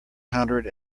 hundred